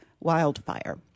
Wildfire